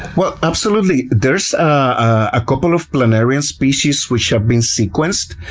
well, absolutely. there's a couple of planarian species which have been sequenced.